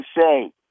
say